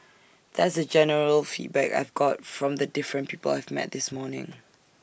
that's the general feedback I've got from the different people I've met this morning